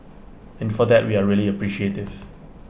and for that we are really appreciative